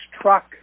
truck